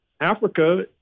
Africa